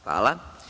Hvala.